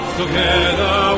together